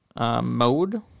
mode